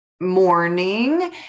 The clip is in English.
morning